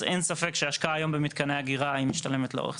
אז אין ספק שההשקעה היום במתקני אגירה משתלמת עם הזמן.